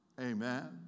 Amen